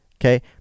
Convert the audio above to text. Okay